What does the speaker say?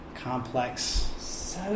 complex